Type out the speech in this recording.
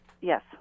yes